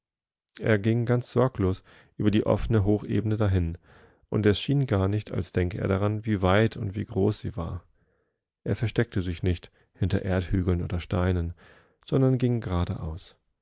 er ging ganz sorglos über die offene hochebene dahin und es schien gar nicht als denke er daran wie weit und wie groß sie war er versteckte sich nicht hinter erdhügeln oder steinen sondern ging geradeaus